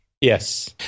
yes